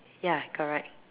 ya correct